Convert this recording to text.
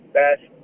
best